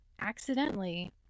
accidentally